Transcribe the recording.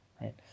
right